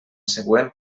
següent